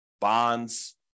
bonds